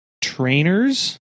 trainers